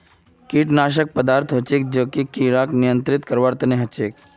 कीटनाशक पदार्थ हछेक जो कि किड़ाक नियंत्रित करवार तना हछेक